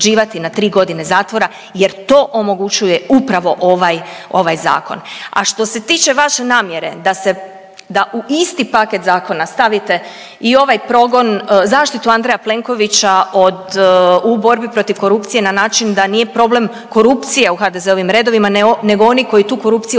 na tri godine zatvora jer to omogućuje upravo ovaj, ovaj zakon. A što se tiče vaše namjere da se, da u isti paket zakona stavite i ovaj progon, zaštitu Andreja Plenkovića od u borbi protiv korupcije na način da nije problem korupcija u HDZ-ovim redovima nego oni koji tu korupciju